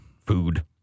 Food